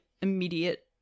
immediate